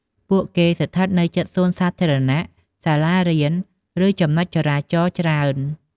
ពួកគេស្ថិតនៅជិតសួនសាធារណៈ សាលារៀន ឬចំណុចចរាចរណ៍ច្រើន។